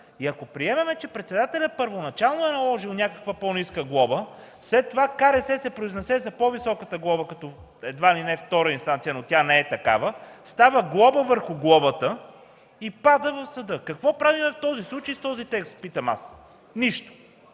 Ако приемем, че председателят първоначално е наложил някаква по-ниска глоба, след това КРС се произнесе за по-високата глоба като едва ли не втора инстанция, но тя не е такава, става глоба върху глобата и пада в съда. Какво правим в този случай с този текст – питам аз? Нищо!